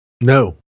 No